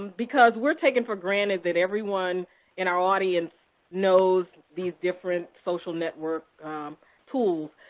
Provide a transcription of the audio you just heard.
because we're taking for granted that everyone in our audience knows these different social network pools.